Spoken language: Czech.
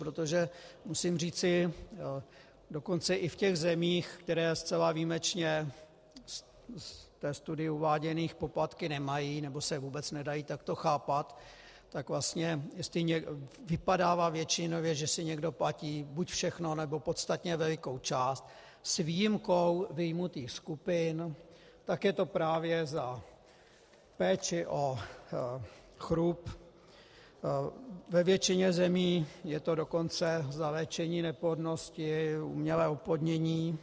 Protože musím říci, že dokonce i v těch zemích, které zcela výjimečně v té studii uváděných poplatky nemají nebo se vůbec nedají takto chápat, tak vlastně vypadává většinově, že si někdo platí buď všechno, nebo podstatně velikou část, s výjimkou vyjmutých skupin, tak je to právě za péči o chrup, ve většině zemí je to dokonce za léčení neplodnosti, umělé oplodnění.